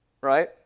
right